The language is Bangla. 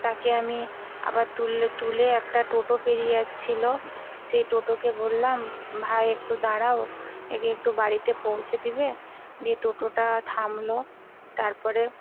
তাকে আমি আবার তুলে একটা টোটো পেড়িয়ে যাচ্ছিলো সে টোটোকে বললাম ভাই একটু দাঁড়াও একে একটু বাড়িতে পৌঁছে দিবে দিয়ে টোটোটা থামলো তারপরে